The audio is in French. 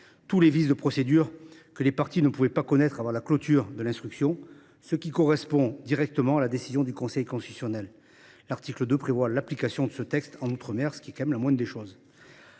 tous les vices de procédure que les parties ne pouvaient pas connaître avant la clôture de l’instruction, ce qui répond directement à la décision du Conseil constitutionnel. L’article 2 prévoit l’application du texte en outre mer, ce qui est tout de même la moindre des choses.